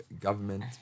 government